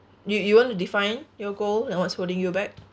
you you want to define your goal and what's holding you back